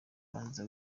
banza